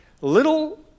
little